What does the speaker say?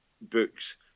books